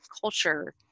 culture